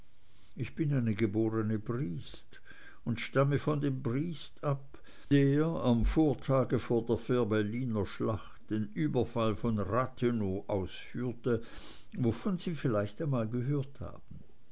ich bin eine geborene briest und stamme von dem briest ab der am tag vor der fehrbelliner schlacht den überfall von rathenow ausführte wovon sie vielleicht einmal gehört haben